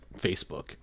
Facebook